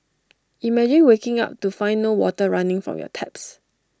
imagine waking up to find no water running from your taps